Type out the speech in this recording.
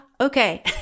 Okay